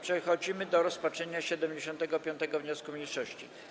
Przechodzimy do rozpatrzenia 75. wniosku mniejszości.